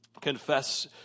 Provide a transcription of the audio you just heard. confess